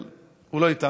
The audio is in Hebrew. אבל הוא לא איתנו.